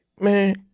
man